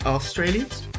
Australians